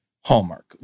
Hallmark